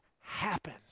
happen